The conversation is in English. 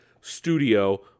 studio